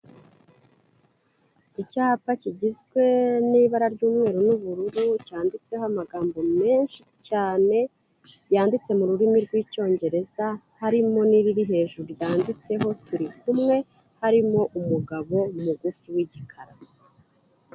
Icyapa kigizwe n'ibara ry'umweru n'ubururu cyanditseho amagambo menshi cyane, yanditse mu rurimi rw'icyongereza, harimo n'iriri hejuru ryanditseho turi kumwe, harimo umugabo mugufi w'igikara.